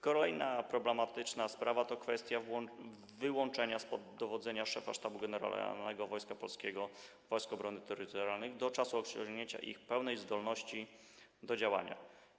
Kolejna problematyczna sprawa to kwestia wyłączenia spod dowodzenia szefa Sztabu Generalnego Wojska Polskiego Wojsk Obrony Terytorialnej do czasu osiągnięcia ich pełnej zdolności do działania.